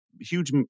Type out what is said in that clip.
huge